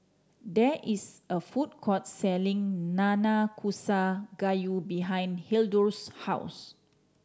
there is a food court selling Nanakusa Gayu behind Hildur's house